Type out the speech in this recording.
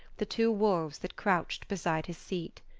the two wolves that crouched beside his seat.